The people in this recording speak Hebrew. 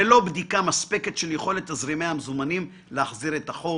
ללא בדיקה מספקת של יכולת תזרימי המזומנים להחזיר את החוב,